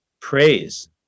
praise